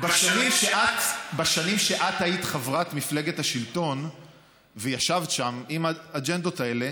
בשנים שאת היית חברת מפלגת השלטון וישבת שם עם האג'נדות האלה,